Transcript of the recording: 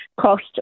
cost